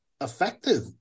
effective